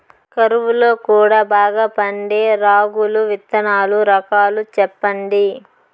కరువు లో కూడా బాగా పండే రాగులు విత్తనాలు రకాలు చెప్పండి?